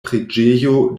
preĝejo